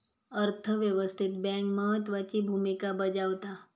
अर्थ व्यवस्थेत बँक महत्त्वाची भूमिका बजावता